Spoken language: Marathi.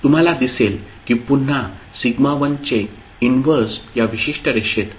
तुम्हाला दिसेल की पुन्हा σ1 चे इनव्हर्स या विशिष्ट रेषेत पुढे जाईल